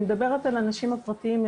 אני מדברת על האנשים הפרטיים,